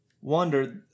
wonder